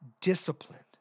disciplined